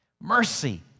Mercy